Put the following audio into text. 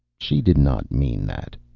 she did not mean that,